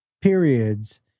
periods